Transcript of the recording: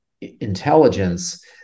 intelligence